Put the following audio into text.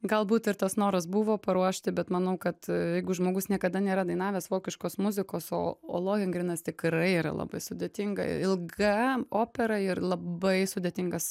galbūt ir tas noras buvo paruošti bet manau kad jeigu žmogus niekada nėra dainavęs vokiškos muzikos o o lohengrinas tikrai yra labai sudėtinga ilga opera ir labai sudėtingas